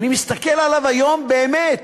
אני מסתכל עליו היום, באמת,